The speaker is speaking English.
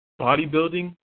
Bodybuilding